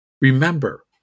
Remember